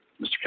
Mr